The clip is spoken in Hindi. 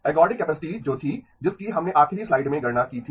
एर्गोडिक कैपेसिटी जो थी जिसकी हमने आखिरी स्लाइड में गणना की थी